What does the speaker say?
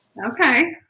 Okay